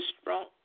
strong